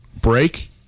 Break